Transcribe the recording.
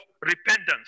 repentance